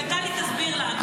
וטלי תסביר לנו.